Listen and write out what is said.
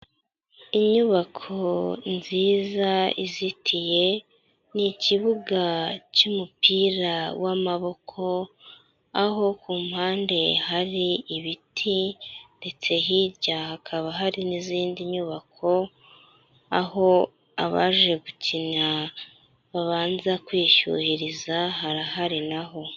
Inyubako nziza izitiye, ni ikibuga cy'umupira w'amaboko, aho ku mpande hari ibiti, ndetse hirya hakaba hari n'izindi nyubako, aho abaje gukina babanza kwishyuhiriza, harahari na ho.